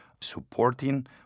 supporting